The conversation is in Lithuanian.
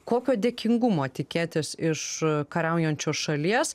kokio dėkingumo tikėtis iš kariaujančios šalies